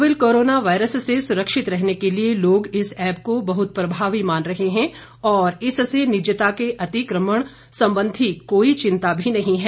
novel corona virus से सुरक्षित रहने के लिए लोग इस ऐप को बहुत प्रभावी मान रहे हैं और इससे निजता के अतिक्रमण संबंधी कोई चिंता भी नहीं है